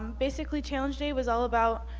um basically challenge day was all about,